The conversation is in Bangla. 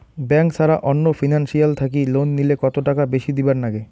ব্যাংক ছাড়া অন্য ফিনান্সিয়াল থাকি লোন নিলে কতটাকা বেশি দিবার নাগে?